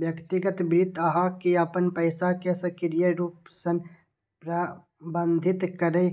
व्यक्तिगत वित्त अहां के अपन पैसा कें सक्रिय रूप सं प्रबंधित करै